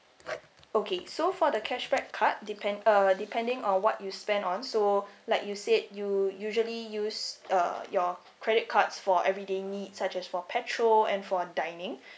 okay so for the cashback card depend uh depending on what you spend on so like you said you usually use uh your credit cards for everyday need such as for petrol and for dining